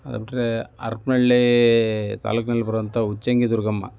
ಬಿಟ್ರೆ ಹರಪನಳ್ಳಿ ತಾಲೂಕಿನಲ್ಲಿ ಬರುವಂಥ ಹುಚ್ಚಂಗಿ ದುರ್ಗಮ್ಮ